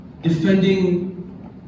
defending